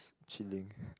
chilling